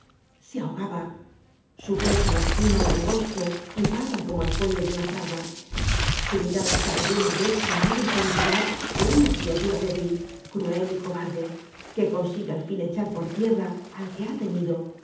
se ahogaba su pecho mezquino y angosto hipaba como el fuelle de una fragua su mirada estaba llena de esa innoble felicidad de una criatura débil cruel y cobarde que consigue al fin echar por tierra al que ha temido